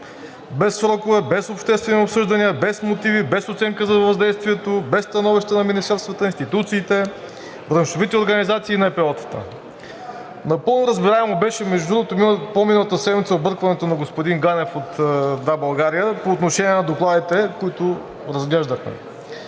без срокове, без обществени обсъждания, без мотиви, без оценка за въздействието, без становище на министерствата и институциите, браншовите организации и НПО-тата. Напълно разбираемо, между другото, по-миналата седмица объркването на господин Ганев от „Да, България!“ по отношение на докладите, които разглеждаха.